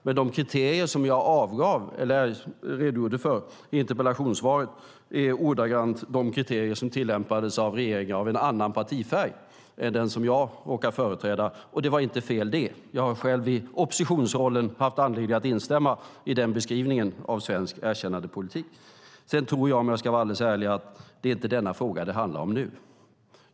Men de kriterier som jag redogjorde för i interpellationssvaret är ordagrant de kriterier som tillämpades av regeringar av en annan partifärg än den som jag råkar företräda. Och det var inte fel. Jag har själv i oppositionsrollen haft anledning att instämma i den beskrivningen av svensk erkännandepolitik. Sedan tror jag, om jag ska vara alldeles ärlig, att det inte är denna fråga det handlar om nu.